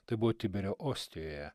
tai buvo tiberio ostijoje